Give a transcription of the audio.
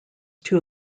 two